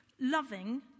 loving